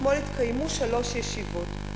אתמול התקיימו שלוש ישיבות.